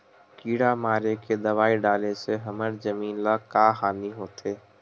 किड़ा मारे के दवाई डाले से हमर जमीन ल का हानि होथे?